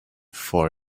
four